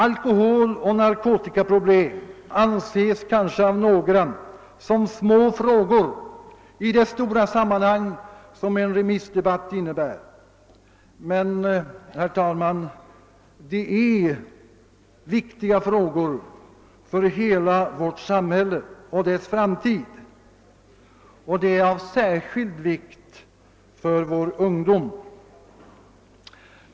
Alkoholoch narkotikaproblemen anses kanske av några som små frågor i det stora sammanhanget som en remissdebatt innebär. Men, herr talman, de är viktiga frågor för hela vårt samhälle och dess framtid, och de är av särskild vikt för vår ungdom.